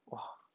!wah!